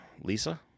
Lisa